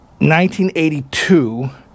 1982